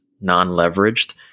non-leveraged